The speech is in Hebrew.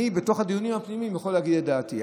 בדיונים הפנימיים אני יכול להגיד את דעתי,